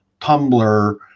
Tumblr